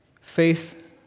faith